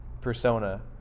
persona